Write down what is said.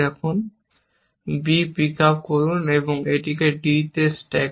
b pick up করুন এবং এটিকে d তে স্ট্যাক করুন